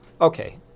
okay